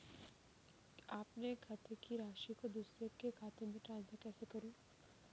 अपने खाते की राशि को दूसरे के खाते में ट्रांसफर कैसे करूँ?